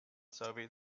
soviet